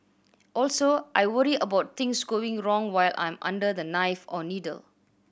also I worry about things going wrong while I'm under the knife or needle